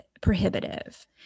prohibitive